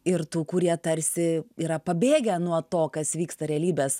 ir tų kurie tarsi yra pabėgę nuo to kas vyksta realybės